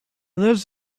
lives